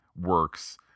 works